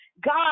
God